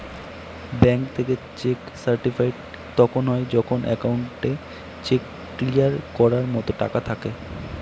bank থেকে cheque certified তখন হয় যখন একাউন্টে চেক ক্লিয়ার করার মতো টাকা থাকে